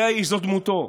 זה האיש, זאת דמותו.